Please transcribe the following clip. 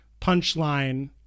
punchline